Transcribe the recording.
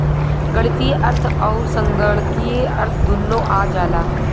गणीतीय अर्थ अउर संगणकीय अर्थ दुन्नो आ जाला